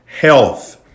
health